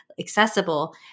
accessible